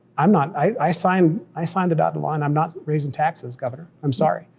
i'm not, i signed i signed the dotted line, i'm not raising taxes, governor, i'm sorry.